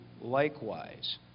likewise